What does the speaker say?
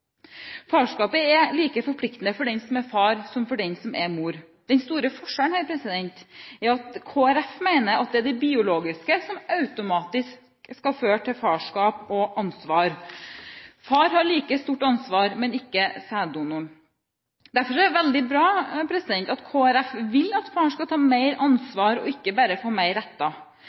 Farskapet er like forpliktende for den som er far, som morskapet er for den som er mor. Den store forskjellen er at Kristelig Folkeparti mener at det er det biologiske som automatisk skal føre til farskap og ansvar – far har like stort ansvar, men ikke sæddonoren. Derfor er det veldig bra at Kristelig Folkeparti vil at far skal ta mer ansvar og ikke bare få mer